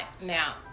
Now